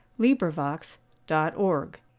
LibriVox.org